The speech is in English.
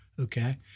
Okay